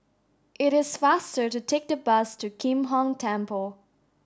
it is faster to take the bus to Kim Hong Temple